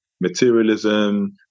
materialism